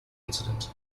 incident